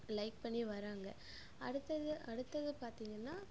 like பண்ணி வர்றாங்க அடுத்தது அடுத்தது பார்த்திங்கனா